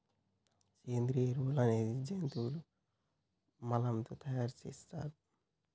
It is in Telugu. సేంద్రియ ఎరువులు అనేది జంతువుల మలం తో తయార్ సేత్తర్